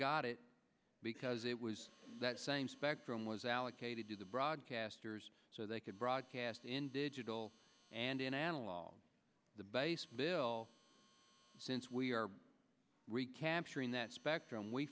got it because it was that same spectrum was allocated to the broadcasters so they could broadcast in digital and in analog the base bill since we are recapturing that spectrum we